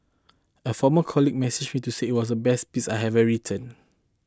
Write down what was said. a former colleague messaged to say it was the best piece I have written